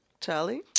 Charlie